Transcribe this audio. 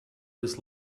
this